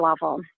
level